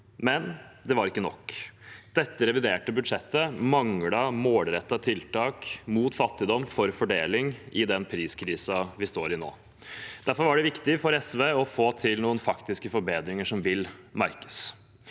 men det var ikke nok. Det reviderte budsjettet manglet målrettede tiltak mot fattigdom og for fordeling i den priskrisen vi står i nå. Derfor var det viktig for SV å få til noen faktiske forbedringer som vil merkes.